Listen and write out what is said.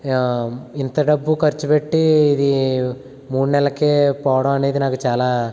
ఇంత డబ్బు ఖర్చు పెట్టి ఇది మూడు నెలలకే పోవడం అనేది నాకు చాలా